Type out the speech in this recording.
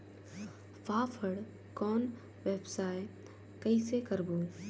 फाफण कौन व्यवसाय कइसे करबो?